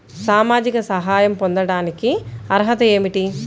సామాజిక సహాయం పొందటానికి అర్హత ఏమిటి?